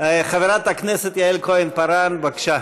חברת הכנסת יעל כהן-פארן, בבקשה.